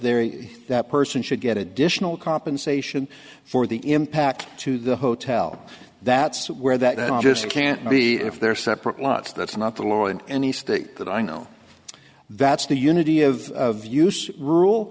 there that person should get additional compensation for the impact to the hotel that's where that just can't be if they're separate lots that's not the law in any state that i know that's the unity of